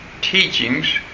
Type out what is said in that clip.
teachings